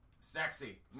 Sexy